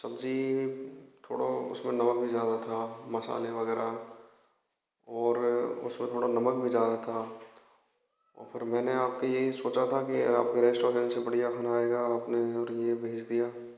सब्ज़ी थोड़ा उसमें नमक भी ज़्यादा था मसाला वगैरह और उसमें थोड़ा नमक भी ज़्यादा था और फिर मैनें आपके यही सोचा था की आपके रेस्टोरेंट से बढ़िया खाना आएगा और आपने यह भेज दिया